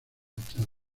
fachada